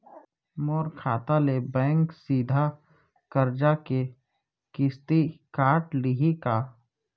मोर खाता ले बैंक सीधा करजा के किस्ती काट लिही का?